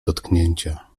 dotknięcia